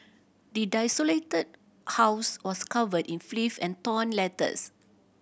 the desolated house was covered in filth and torn letters